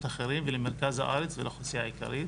אחרים ולמרכז הארץ ולאוכלוסייה העיקרית,